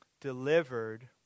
delivered